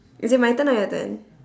is it my turn or your turn